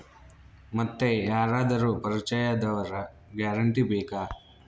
ಮತ್ತೆ ಯಾರಾದರೂ ಪರಿಚಯದವರ ಗ್ಯಾರಂಟಿ ಬೇಕಾ?